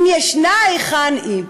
אם ישנה, היכן היא?